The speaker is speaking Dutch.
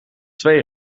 twee